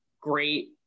great